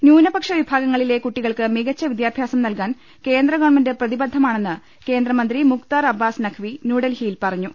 ന്യൂനപക്ഷ വിഭാഗങ്ങളിലെ കുട്ടികൾക്ക് മികച്ച വിദ്യാഭ്യാസം നൽകാൻ കേന്ദ്ര ഗ്വൺമെന്റ് പ്രതിബദ്ധമാണെന്ന് കേന്ദ്രമന്ത്രി മുക്തർ അബ്ബാസ് നഖ്വി ന്യൂഡൽഹിയിൽ പറഞ്ഞു